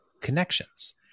connections